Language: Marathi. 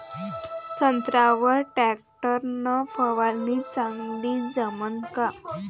संत्र्यावर वर टॅक्टर न फवारनी चांगली जमन का?